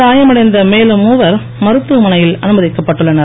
காயம் அடைந்த மேலும் மூவர் மருத்துவமனையில் அனுமதிக்கப் பட்டுள்ளனர்